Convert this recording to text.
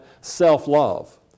self-love